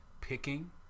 picking